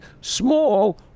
small